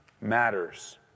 matters